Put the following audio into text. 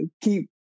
keep